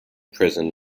prison